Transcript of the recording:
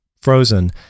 Frozen